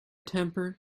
temper